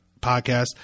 Podcast